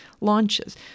launches